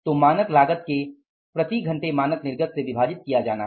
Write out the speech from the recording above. तो मानक लागत को प्रति घंटे मानक निर्गत से विभाजित किया जाना है